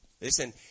listen